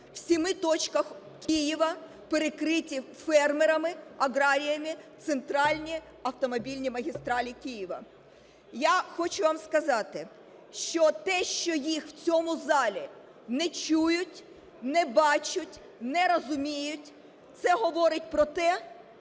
в семи точках Києва перекриті фермерами-аграріями центральні автомобільні магістралі Києва. Я хочу вам сказати, що те, що їх в цьому залі не чують, не бачать, не розуміють, це говорить про те,